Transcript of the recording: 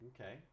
okay